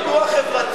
הציבור פה בחוץ ואתה,